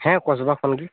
ᱦᱮᱸ ᱠᱚᱥᱵᱟ ᱠᱷᱚᱱ ᱜᱮ